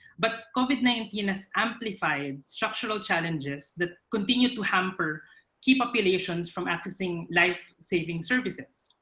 but covid nineteen has amplified structural challenges that continue to hamper key populations from accessing life-saving services.